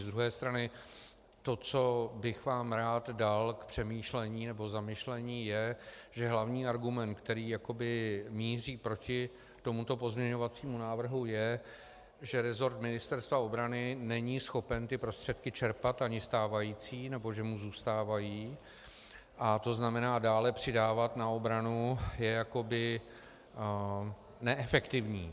Z druhé strany to, co bych vám rád dal k přemýšlení nebo zamyšlení, je to, že hlavní argument, který jakoby míří proti tomuto pozměňovacímu návrhu, je, že resort Ministerstva obrany není schopen ty prostředky čerpat, ani stávající, nebo že mu zůstávají, a to znamená, dále přidávat na obranu je jakoby neefektivní.